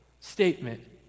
statement